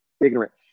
ignorant